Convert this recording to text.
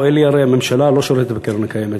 הממשלה לא שולטת בקרן הקיימת,